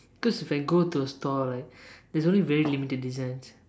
cause if I go to store right there's only very limited designs